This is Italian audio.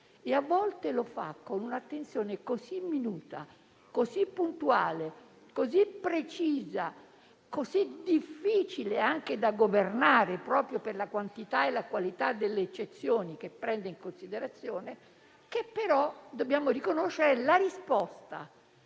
a volte lo fa con un'attenzione così minuta, così puntuale, così precisa, così difficile anche da governare, proprio per la quantità e la qualità delle eccezioni che prende in considerazione, che - dobbiamo riconoscere - è la risposta